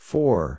Four